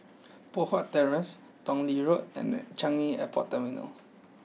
Poh Huat Terrace Tong Lee Road and Changi Airport Terminal